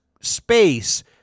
space